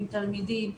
עם תלמידים,